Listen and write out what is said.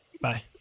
Bye